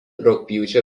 rugpjūčio